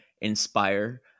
inspire